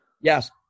Yes